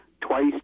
twice